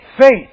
faith